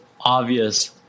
obvious